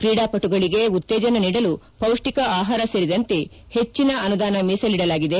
ಕ್ರೀಡಾಪಟುಗಳಿಗೆ ಉತ್ತೇಜನ ನೀಡಲು ಪೌಷ್ಠಿಕ ಆಹಾರ ಸೇರಿದಂತೆ ಹೆಚ್ಚಿನ ಅನುದಾನ ಮೀಸಲಿಡಲಾಗಿದೆ